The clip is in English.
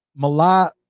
malat